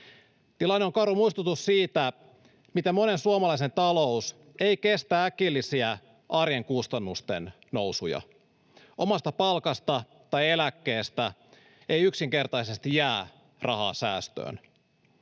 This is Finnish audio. Tilanne on karu muistutus siitä, miten monen suomalaisen talous ei kestä äkillisiä arjen kustannusten nousuja. Omasta palkasta tai eläkkeestä ei yksinkertaisesti jää rahaa säästöön.